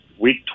week